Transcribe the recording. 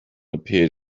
appeared